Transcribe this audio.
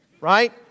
Right